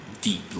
deep